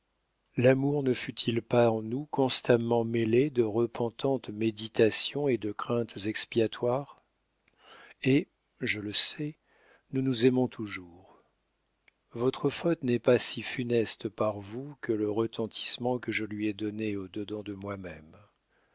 l'amour ne fut-il pas en nous constamment mêlé de repentantes méditations et de craintes expiatoires et je le sais nous nous aimons toujours votre faute n'est pas si funeste par vous que le retentissement que je lui ai donné au dedans de moi-même